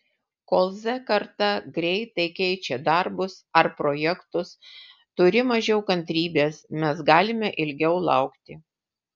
kol z karta greitai keičia darbus ar projektus turi mažiau kantrybės mes galime ilgiau laukti